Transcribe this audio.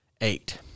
Eight